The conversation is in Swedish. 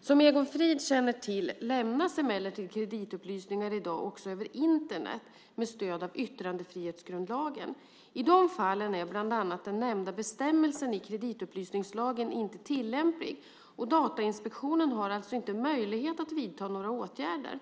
Som Egon Frid känner till lämnas emellertid kreditupplysningar i dag också över Internet med stöd av yttrandefrihetsgrundlagen. I de fallen är bland annat den nämnda bestämmelsen i kreditupplysningslagen inte tillämplig, och Datainspektionen har alltså inte möjlighet att vidta några åtgärder.